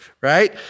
right